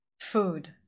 food